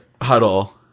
huddle